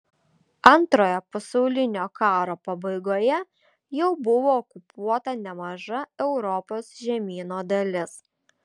antrojo pasaulinio karo pabaigoje jau buvo okupuota nemaža europos žemyno dalis